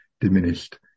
diminished